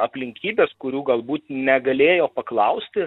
aplinkybės kurių galbūt negalėjo paklausti